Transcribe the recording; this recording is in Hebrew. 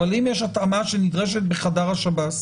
אבל אם יש התאמה שנדרשת בחדר השב"ס?